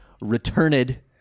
returned